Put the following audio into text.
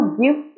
give